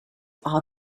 are